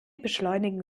beschleunigen